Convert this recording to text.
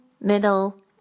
middle